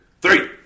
three